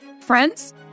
Friends